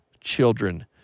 children